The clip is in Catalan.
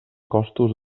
costos